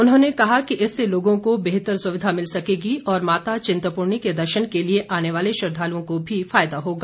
उन्होंने कहा कि इससे लोगों को बेहतर सुविधा मिल सकेगी और माता चिंतपूर्णी के दर्शन के लिए आने वाले श्रद्वालुओं को भी फायदा होगा